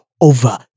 over